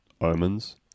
omens